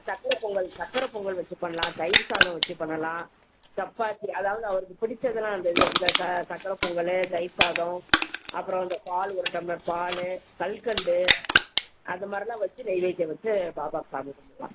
சக்கர பொங்கல் சக்கர பொங்கல் வச்சு பண்ணலாம் தயிர் சாதம் வச்சு பண்ணலாம் சப்பாத்தி அதாவது அவருக்கு பிடிச்சதுெலாம் அந்த இந்த ச சக்கர பொங்கலு தயிர் சாதம் அப்புறம் இந்தந்த பால் ஒரு டம்ளர் பாலு கல்கண்டு அந்த மாதிரிலாம் வச்சு நெய்வேத்தியம் வச்சு பாபா சாமி கும்பிடலாம்